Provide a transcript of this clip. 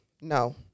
no